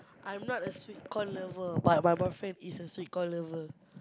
I'm not a sweet corn lover but my boyfriend is a sweet corn lover